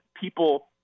people